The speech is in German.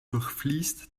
durchfließt